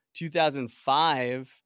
2005